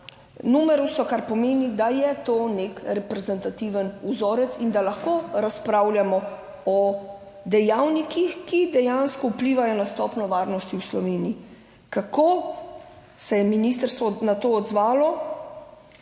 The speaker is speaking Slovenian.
numerusov, kar pomeni, da je to nek reprezentativen vzorec in da lahko razpravljamo o dejavnikih, ki dejansko vplivajo na stopnjo varnosti v Sloveniji. Kako se je ministrstvo na to odzvalo?